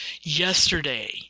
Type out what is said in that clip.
Yesterday